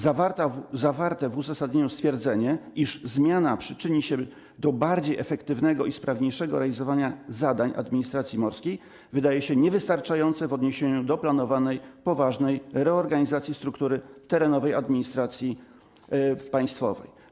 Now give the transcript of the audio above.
Zawarte w uzasadnieniu stwierdzenie, iż zmiana przyczyni się do bardziej efektywnego i sprawniejszego realizowania zadań administracji morskiej, wydaje się niewystarczające w odniesieniu do planowanej poważnej reorganizacji struktury terenowej administracji państwowej.